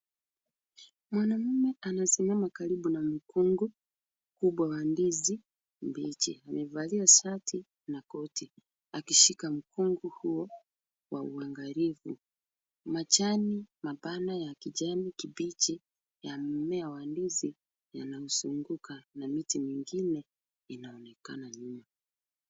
Mwanaume anasimama karibu na mkungu kubwa wa ndizi mbichi. Amevalia shati na koti akishika mkungu huo kwa uangalifu. Majani mapana ya kijani kibichi ya mmea wa ndizi yanamzunguka na miti mingine inaonekana nyuma.